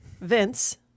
Vince